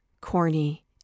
corny